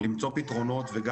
אני